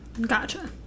Gotcha